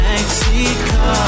Mexico